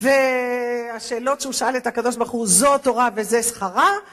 והשאלות שהוא שאל את הקדוש ברוך הוא, זו תורה וזה שכרה?